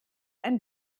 ein